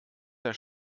der